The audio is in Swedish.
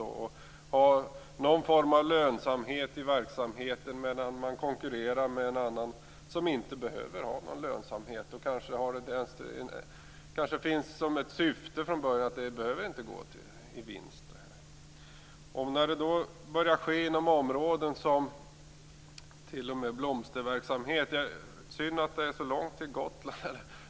Det gäller att vidmakthålla någon form av lönsamhet i verksamheten medan man konkurrerar med ett företag som inte behöver ha någon lönsamhet. Syftet är redan från början att det inte behöver gå med vinst. Detta börjar t.o.m. ske inom områden som blomsterförsäljning. Det är ju synd att det är så långt till Gotland.